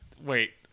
wait